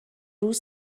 روز